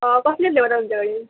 कसले देव रंग तुमचो कोडे